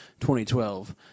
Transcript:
2012